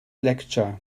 lecture